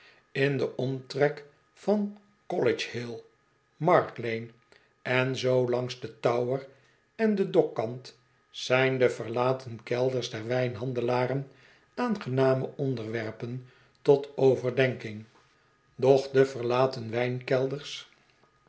in den omtrek van college hill mark lane en zoo langs den tower en den dokkant zijn de verlaten kelders der wijnhandelaren aangename onderwerpen tot overdenking doch de verlaten wijnkelders